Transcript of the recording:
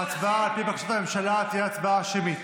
ההצבעה, על פי בקשת הממשלה, תהיה הצבעה שמית.